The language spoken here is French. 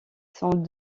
sont